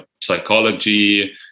psychology